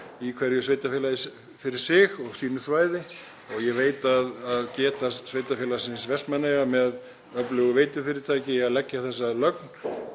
í hverju sveitarfélagi fyrir sig og á sínu svæði. Ég veit að geta sveitarfélagsins Vestmannaeyja, með öflugt veitufyrirtæki til að leggja þessa lögn,